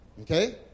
Okay